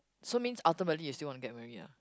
so means ultimately you still want to get married ah